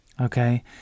Okay